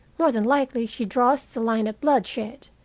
more than likely she draws the line at bloodshed.